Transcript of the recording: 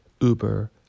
Uber